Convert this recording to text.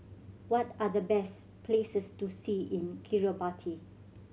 what are the best places to see in Kiribati